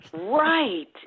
Right